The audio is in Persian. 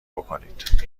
بکنید